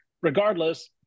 regardless